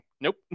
Nope